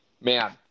man –